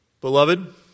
Beloved